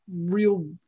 real